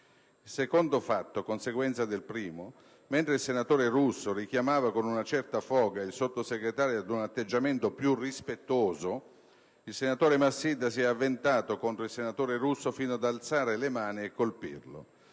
Il secondo fatto, conseguenza del primo, è che, mentre il senatore Russo richiamava con una certa foga il Sottosegretario ad un atteggiamento più rispettoso, il senatore Massidda si è avventato contro il senatore Russo, fino ad alzare le mani e a colpirlo.